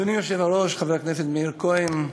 אדוני היושב-ראש חבר הכנסת מאיר כהן,